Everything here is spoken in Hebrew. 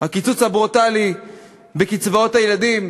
הקיצוץ הברוטלי בקצבאות הילדים,